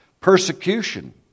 persecution